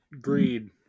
greed